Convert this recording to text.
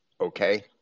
Okay